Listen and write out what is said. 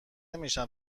نمیشن